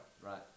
Right